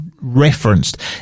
referenced